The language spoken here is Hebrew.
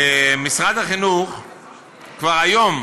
משרד החינוך כבר היום